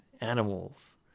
animals